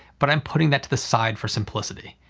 but i'm putting that to the side for simplicity.